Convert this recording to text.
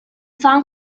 song